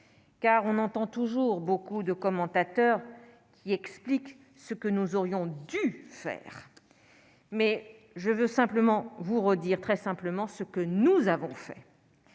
car on entend toujours beaucoup de commentateurs qui explique ce que nous aurions dû faire mais je veux simplement vous redire très simplement ce que nous avons fait.